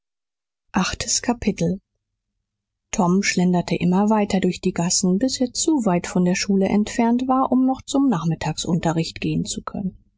achtes kapitel tom schlenderte immer weiter durch die gassen bis er zu weit von der schule entfernt war um noch zum nachmittagsunterricht gehen zu können